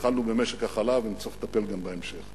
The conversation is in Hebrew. התחלנו במשק החלב, ונצטרך לטפל בזה גם בהמשך.